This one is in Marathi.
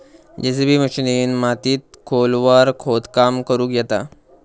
जेसिबी मशिनीन मातीत खोलवर खोदकाम करुक येता